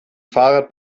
fahrrad